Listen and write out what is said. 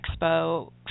expo